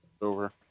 over